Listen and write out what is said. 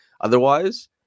otherwise